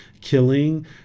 killing